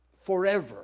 forever